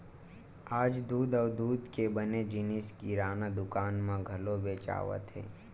आज दूद अउ दूद के बने जिनिस किराना दुकान म घलो बेचावत हे